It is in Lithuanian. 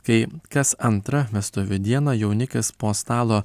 kai kas antrą vestuvių dieną jaunikis po stalo